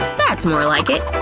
that's more like it.